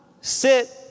sit